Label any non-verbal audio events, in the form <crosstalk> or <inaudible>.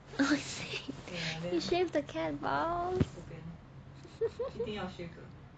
<laughs> oh I see you shave the cat balls <laughs>